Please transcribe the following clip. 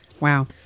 Wow